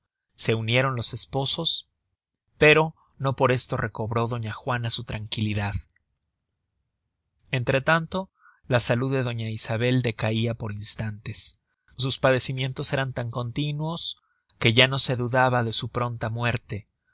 se unieron los esposos pero no por esto recobró doña juana su tranquilidad entretanto la salud de doña isabel decaia por instantes sus padecimientos eran tan continuos que ya no se dudaba de su pronta muerte